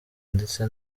ndetse